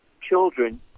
children